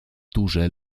duże